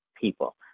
people